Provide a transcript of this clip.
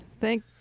Thank